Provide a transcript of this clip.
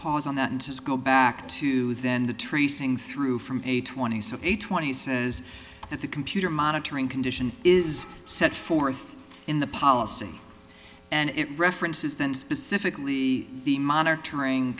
pause on that and just go back to then the tracing through from a twenty seven a twenty says that the computer monitoring condition is set forth in the policy and it references that specifically the monitoring